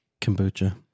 Kombucha